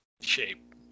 shape